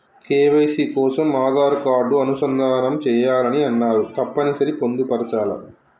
KYC కోసం Aadhaar card అనుసంధానం చేయాలని అన్నరు తప్పని సరి పొందుపరచాలా?